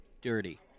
Dirty